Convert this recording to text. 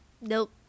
Nope